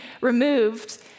removed